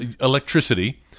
electricity